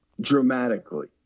dramatically